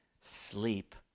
sleep